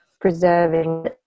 preserving